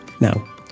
Now